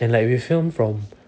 and like we film from